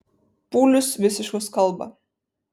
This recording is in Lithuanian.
pūlius visiškus kalba